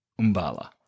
Umbala